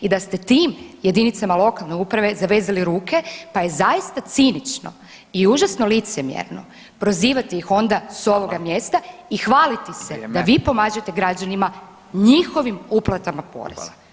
I da ste time jedinicama lokalne samouprave zavezali ruke, pa je zaista cinično i užasno licemjerno prozivati ih onda sa ovoga mjesta i hvaliti se da vi pomažete građanima njihovim uplatama poreza.